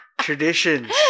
traditions